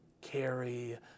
carry